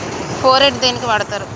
Phorate దేనికి వాడుతరు?